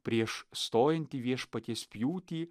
prieš stojant į viešpaties pjūtį